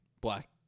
black